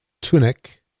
Tunic